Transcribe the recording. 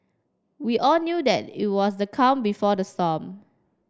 we all knew that it was the calm before the storm